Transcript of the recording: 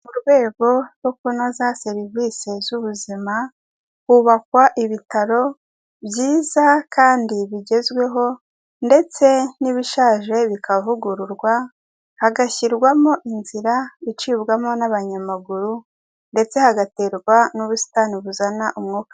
Mu rwego rwo kunoza serivisi z'ubuzima, hubakwa ibitaro byiza kandi bigezweho ndetse n'ibishaje bikavugururwa, hagashyirwamo inzira icibwamo n'abanyamaguru ndetse hagaterwa n'ubusitani buzana umwuka.